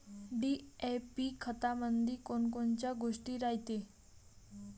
DAP खतामंदी कोनकोनच्या गोष्टी रायते?